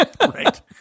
Right